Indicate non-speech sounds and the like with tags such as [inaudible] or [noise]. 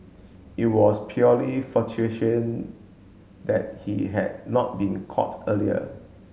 it was purely [unintelligible] that he had not been caught earlier